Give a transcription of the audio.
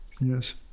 Yes